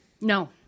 No